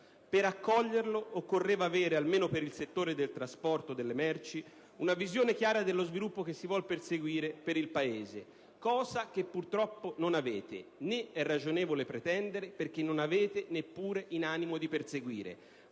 Per accoglierlo, occorreva avere, almeno per il settore del trasporto delle merci, una visione chiara dello sviluppo che si vuol perseguire per il Paese. Cosa che purtroppo non avete, né è ragionevole pretendere, perché non avete neppure in animo di perseguire,